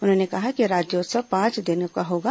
उन्होंने कहा कि राज्योत्सव पांच दिनों का होगा